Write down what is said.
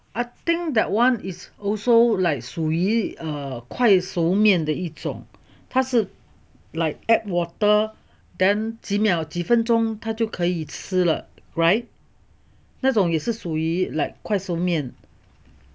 I think that one is also like 属于 err 快熟面的一种它是 like add water then 几秒几分钟它就可以吃了 right 那种也是属于 like 快熟面